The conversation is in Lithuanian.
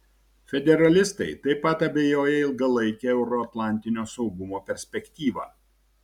federalistai taip pat abejoja ilgalaike euroatlantinio saugumo perspektyva